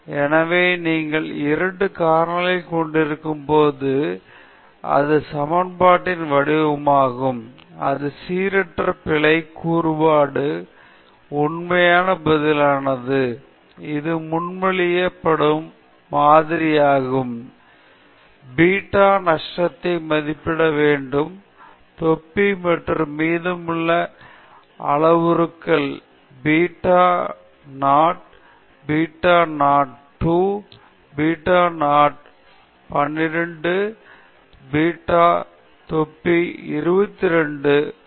எனவே நீங்கள் 2 காரணிகளைக் கொண்டிருக்கும் போது இது சமன்பாட்டின் வடிவமாகும் இது சீரற்ற பிழை கூறுபாடு சம்பந்தப்பட்ட உண்மையான பதிலானது இது முன்மொழியப்படும் மாதிரியாகும் மேலும் பீட்டா நஷ்டத்தை மதிப்பிட வேண்டும் தொப்பி மற்றும் மீதமுள்ள அளவுருக்கள் beta naught 1 beta naught 2 beta naught 12 beta தொப்பி 22 மற்றும் கடைசி 2 ஆகியவை தொடர்புடையவை